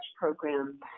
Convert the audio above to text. program